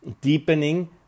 deepening